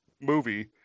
movie